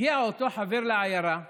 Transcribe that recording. הגיע אותו חבר לעיירה ושאל,